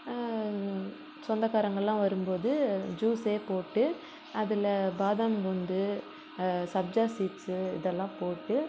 சொந்தக்காரங்க எல்லாம் வரும் போது ஜூஸை போட்டு அதில் பாதாம் முந்து சப்சா சீட்ஸு இதெல்லாம் போட்டு